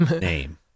Name